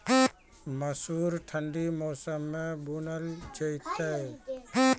मसूर ठंडी मौसम मे बूनल जेतै?